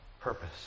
purpose